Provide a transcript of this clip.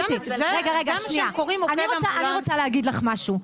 רגע, רגע, שנייה, אני רוצה להגיד לך משהו.